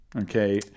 okay